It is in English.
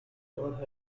dodd